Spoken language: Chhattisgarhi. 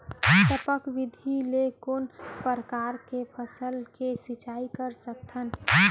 टपक विधि ले कोन परकार के फसल के सिंचाई कर सकत हन?